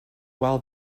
while